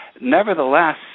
Nevertheless